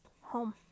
home